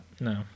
no